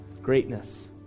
Greatness